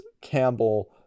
Campbell